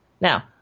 Now